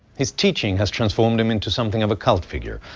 his teaching has transformed him into something of a cult figure,